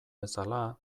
bezala